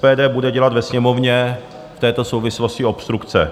SPD bude dělat ve Sněmovně v této souvislosti obstrukce.